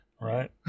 Right